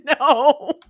No